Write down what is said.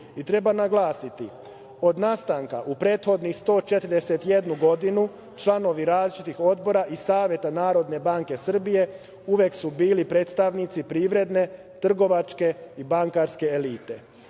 itd. Treba naglasiti, od nastanka u prethodnih 141 godinu članovi različitih odbora i Saveta NBS uvek su bili predstavnici privredne, trgovačke i bankarske elite.